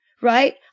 right